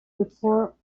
report